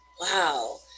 Wow